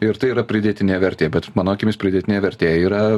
ir tai yra pridėtinė vertė bet mano akimis pridėtinė vertė yra